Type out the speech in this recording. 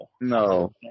no